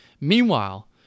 Meanwhile